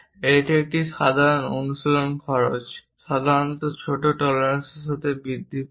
এটি একটি সাধারণ অনুশীলন খরচ সাধারণত ছোট টলারেন্সস সাথে বৃদ্ধি পায়